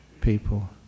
people